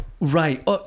Right